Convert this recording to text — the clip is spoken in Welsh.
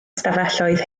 stafelloedd